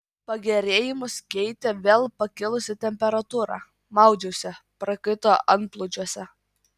pagerėjimus keitė vėl pakilusi temperatūra maudžiausi prakaito antplūdžiuose